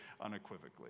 unequivocally